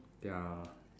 ya